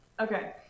Okay